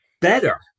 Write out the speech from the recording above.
better